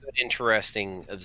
interesting